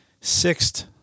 sixth